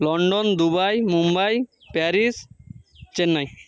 London Dubai Mumbai Paris Chennai